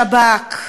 שב"כ,